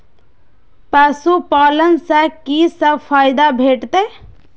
पशु पालन सँ कि सब फायदा भेटत?